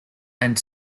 and